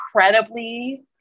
incredibly